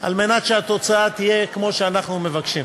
על מנת שהתוצאה תהיה כמו שאנחנו מבקשים,